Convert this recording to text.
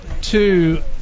Two